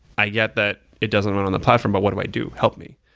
i get that it doesn't run on the platform, but what do i do? help me.